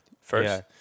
first